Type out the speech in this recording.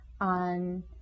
on